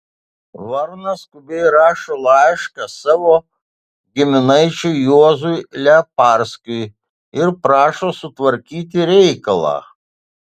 varnas skubiai rašo laišką savo giminaičiui juozui leparskui ir prašo sutvarkyti reikalą